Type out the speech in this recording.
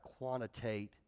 quantitate